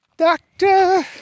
Doctor